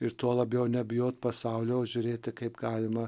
ir tuo labiau nebijot pasaulio žiūrėti kaip galima